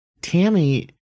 Tammy